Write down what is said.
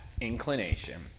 inclination